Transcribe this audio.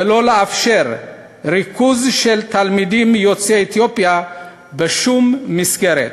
ולא לאפשר ריכוז של תלמידים יוצאי אתיופיה בשום מסגרת.